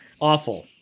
Awful